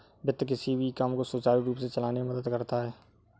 वित्त किसी भी काम को सुचारू रूप से चलाने में मदद करता है